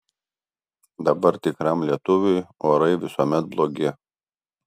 dabar tikram lietuviui orai visuomet blogi